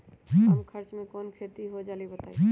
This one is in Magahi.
कम खर्च म कौन खेती हो जलई बताई?